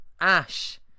Ash